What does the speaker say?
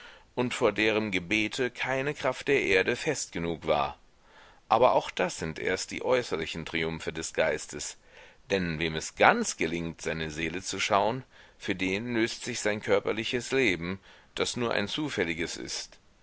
und vor derem gebete keine kraft der erde fest genug war aber auch das sind erst die äußerlichen triumphe des geistes denn wem es ganz gelingt seine seele zu schauen für den löst sich sein körperliches leben das nur ein zufälliges ist